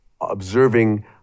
observing